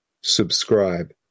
subscribe